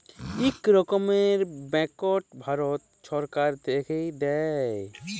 ইক রকমের ব্যাংকট ভারত ছরকার থ্যাইকে দেয়